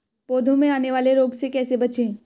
पौधों में आने वाले रोग से कैसे बचें?